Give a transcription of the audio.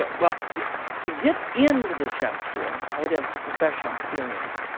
but well, to to get into the chef school, i had to have professional experience.